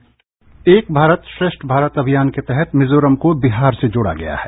sound bite एक भारत श्रेष्ठ भारत अभियान के तहत मिजोरम को बिहार से जोड़ा गया है